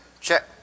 check